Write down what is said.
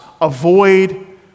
avoid